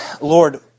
Lord